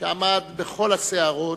שעמד בכל הסערות,